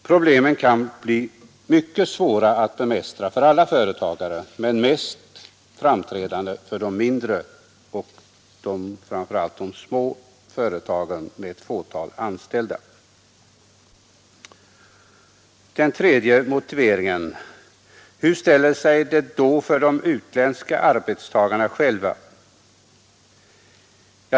Problemen kan bli mycket svåra att bemästra för alla företagare men mest framträdande för de mindre och framför allt för de små företagen med ett fåtal anställda. För det tredje: Hur ställer det sig för de utländska arbetstagarna själva?